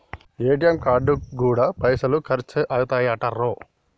ATM కార్డుకు గూడా పైసలు ఖర్చయితయటరో